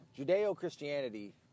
Judeo-Christianity